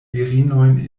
virinojn